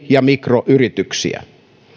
ja mikroyrityksiä